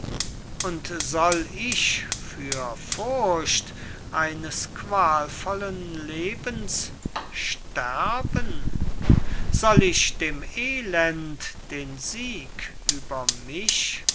und soll ich für furcht eines qualvollen lebens sterben soll ich dem elend den sieg über mich